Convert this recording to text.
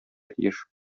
тиеш